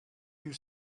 you